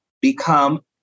become